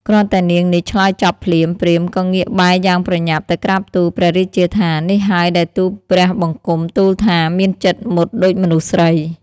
គ្រាន់តែនាងនេះឆ្លើយចប់ភ្លាម ព្រាហ្មណ៍ក៏ងាកបែរយ៉ាងប្រញាប់ ទៅក្រាបទូលព្រះរាជាថា នេះហើយដែលទូលព្រះបង្គំទូលថា មានចិត្តមុតដូចមនុស្សស្រី ។